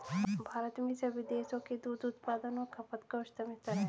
भारत में सभी देशों के दूध उत्पादन और खपत का उच्चतम स्तर है